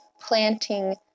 planting